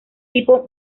tipo